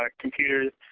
like computers,